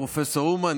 פרופ' אומן,